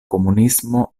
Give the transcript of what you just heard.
komunismo